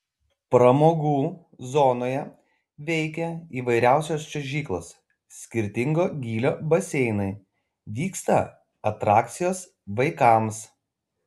pramogų zonoje veikia įvairiausios čiuožyklos skirtingo gylio baseinai vyksta atrakcijos vaikams